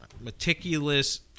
meticulous